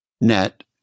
net